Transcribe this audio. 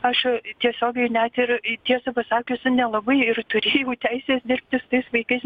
aš tiesiogiai net ir tiesą pasakius nelabai ir turėjau teisės dirbti su tais vaikais